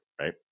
right